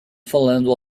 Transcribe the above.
falando